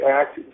act